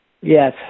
Yes